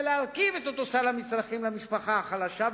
להרכיב את אותו סל מצרכים למשפחה החלשה,